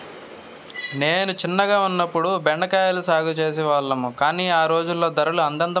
నేను చిన్నగా ఉన్నప్పుడు బెండ కాయల సాగు చేసే వాళ్లము, కానీ ఆ రోజుల్లో ధరలు అంతంత మాత్రమె